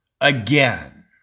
again